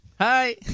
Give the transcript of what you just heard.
Hi